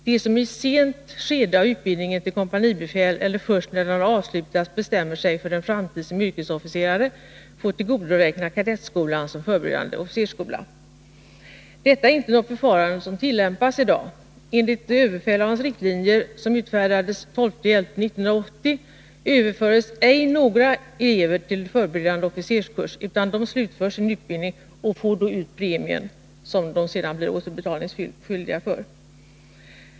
De som i ett sent skede av utbildningen till kompanibefäl eller först när den har avslutats bestämmer sig för en framtid som yrkesofficerare får tillgodoräkna kadettskolan som förberedande officersskola.” Detta är inte ett förfarande som tillämpas i dag. Enligt överbefälhavarens riktlinjer, som utfärdades den 12 november 1980, överförs ej några elever till förberedande officerskurs, utan de elever det gäller slutför sin utbildning och får då ut premien men blir sedan återbetalningsskyldiga för denna.